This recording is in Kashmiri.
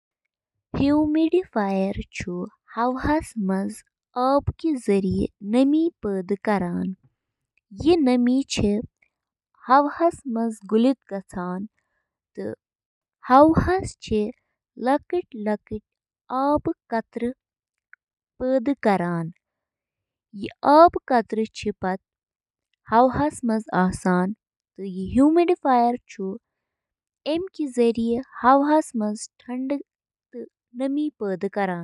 ڈش واشر چھِ اکھ یِژھ مِشیٖن یۄسہٕ ڈِشوار، کُک ویئر تہٕ کٹلری پٲنۍ پانے صاف کرنہٕ خٲطرٕ استعمال چھِ یِوان کرنہٕ۔ ڈش واشرٕچ بنیٲدی کٲم چھِ برتن، برتن، شیشہِ ہٕنٛدۍ سامان تہٕ کُک ویئر صاف کرٕنۍ۔